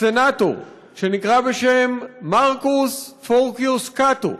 סנטור שנקרא מרקוס פורקיוס קאטו,